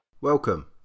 Welcome